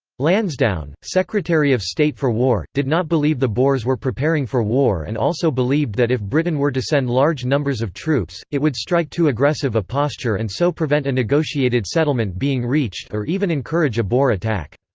lansdowne, secretary of state for war, did not believe the boers were preparing for war and also believed that if britain were to send large numbers of troops, it would strike too aggressive a posture and so prevent a negotiated settlement being reached or even encourage a boer attack.